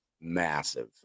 massive